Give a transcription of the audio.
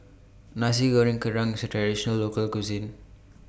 Nasi Goreng Kerang Local Cuisine